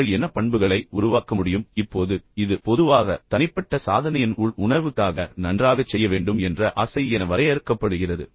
நீங்கள் என்ன பண்புகளை உருவாக்க முடியும் இப்போது இது பொதுவாக தனிப்பட்ட சாதனையின் உள் உணர்வுக்காக நன்றாகச் செய்ய வேண்டும் என்ற ஆசை என வரையறுக்கப்படுகிறது